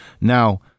Now